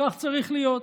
כך צריך להיות.